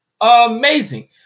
amazing